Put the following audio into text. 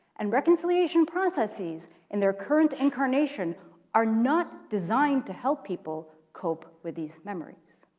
and reconciliation processes in their current incarnation are not designed to help people cope with these memories,